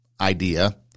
idea